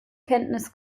kenntnis